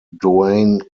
doane